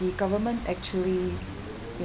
the government actually